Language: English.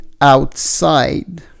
outside